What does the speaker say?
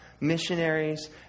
missionaries